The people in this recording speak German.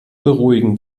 beruhigen